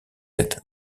êtes